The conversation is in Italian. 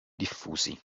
diffusi